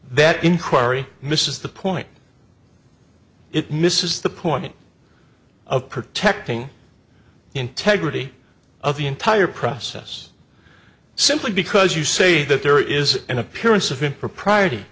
that inquiry misses the point it misses the point of protecting the integrity of the entire process simply because you say that there is an appearance of impropriety